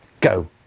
Go